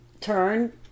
turn